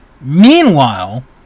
Meanwhile